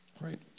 right